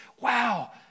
Wow